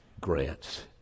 grants